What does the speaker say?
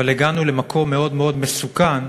אבל הגענו למקום מאוד מאוד מסוכן,